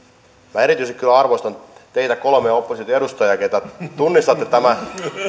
minä erityisesti kyllä arvostan teitä kolmea opposition edustajaa ketkä tunnistatte tämän